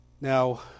now